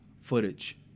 footage